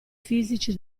fisici